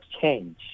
change